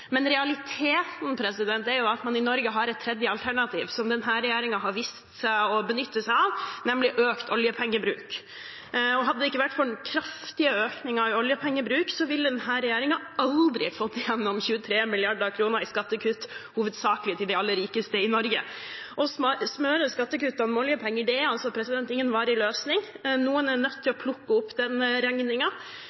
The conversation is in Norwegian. men realiteten er at man i Norge har et tredje alternativ, som denne regjeringen har visst å benytte seg av – nemlig økt oljepengebruk. Hadde det ikke vært for den kraftige økningen i oljepengebruken, ville denne regjeringen aldri fått igjennom 23 mrd. kr i skattekutt – hovedsakelig til de aller rikeste i Norge. Å smøre skattekuttene med oljepenger, er altså ingen varig løsning. Noen er nødt til